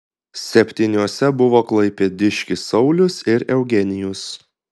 septyniuose buvo klaipėdiškis saulius ir eugenijus